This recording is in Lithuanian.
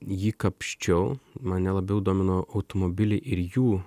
jį kapsčiau mane labiau domino automobiliai ir jų